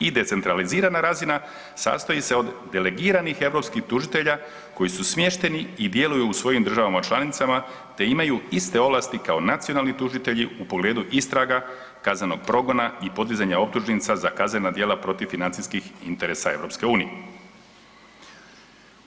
I decentralizirana razina sastoji se od delegiranih europskih tužitelja koji su smješteni i djeluju u svojim državama članicama te imaju iste ovlasti kao nacionalni tužitelji u pogledu istraga, kaznenog progona i podizanja optužnica za kaznena djela protiv financijskih interesa EU-a.